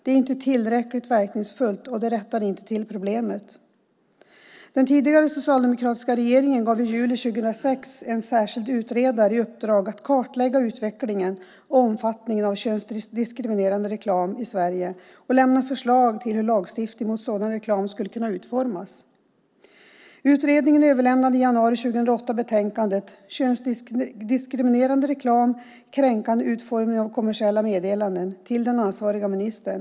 Den är inte tillräckligt verkningsfull och gör inte att man kommer till rätta med problemet. Den tidigare socialdemokratiska regeringen gav i juli 2006 en särskild utredare i uppdrag att kartlägga utvecklingen och omfattningen av könsdiskriminerande reklam i Sverige och att lägga fram förslag om hur lagstiftning mot sådan reklam skulle kunna utformas. Utredningen överlämnade i januari 2008 betänkandet Könsdiskriminerande reklam - kränkande utformning av kommersiella meddelanden till ansvarig minister.